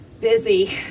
Busy